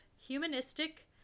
humanistic